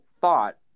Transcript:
thought